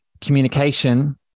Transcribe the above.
Communication